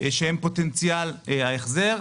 שהם פוטנציאל ההחזר,